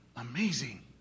amazing